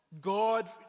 God